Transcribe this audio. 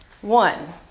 One